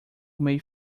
may